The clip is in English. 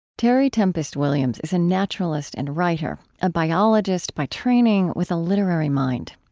terry tempest williams is a naturalist and writer, a biologist by training with a literary mind.